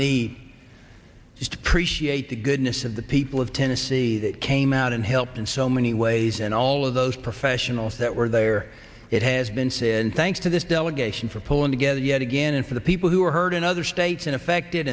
need just appreciate the goodness of the people of tennessee that came out and helped in so many ways and all of those professionals that were there it has been since thanks to this delegation for pulling together yet again and for the people who were hurt in other states and affected